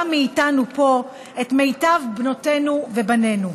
מאיתנו פה את מיטב בנותינו ובנינו,